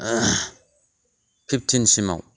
fifteen सिमाव